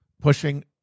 pushing